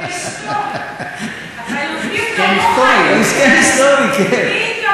יש הסכם היסטורי, מי כמוך יודע.